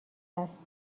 است